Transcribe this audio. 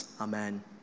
amen